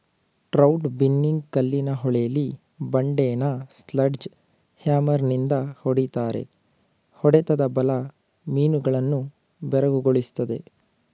trout binning ಕಲ್ಲಿನ ಹೊಳೆಲಿ ಬಂಡೆನ ಸ್ಲೆಡ್ಜ್ ಹ್ಯಾಮರ್ನಿಂದ ಹೊಡಿತಾರೆ ಹೊಡೆತದ ಬಲ ಮೀನುಗಳನ್ನು ಬೆರಗುಗೊಳಿಸ್ತದೆ